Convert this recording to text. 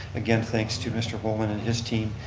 again thank to mr. bowman and his team.